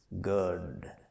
good